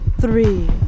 three